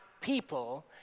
people